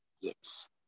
Yes